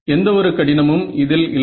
எந்த ஒரு கடினமும் இதில் இல்லை